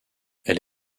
elle